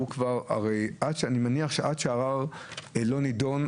ואני מניח שעד שערר לא נדון,